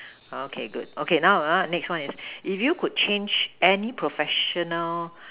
okay good okay now next one is if you could change any professional